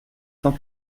cent